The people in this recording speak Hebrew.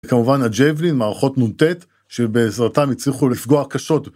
כמובן הג'בלין מערכות נוטט שבעזרתם יצליחו לפגוע קשות